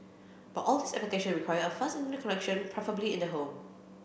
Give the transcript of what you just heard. but all these application require a fast Internet connection preferably in the home